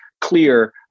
clear